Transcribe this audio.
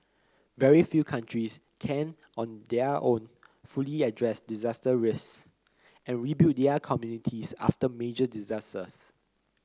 very few countries can on their own fully address disaster risks and rebuild their communities after major disasters